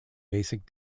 basic